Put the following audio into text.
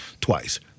twice